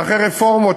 ואחרי רפורמות.